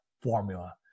formula